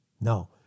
No